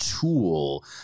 tool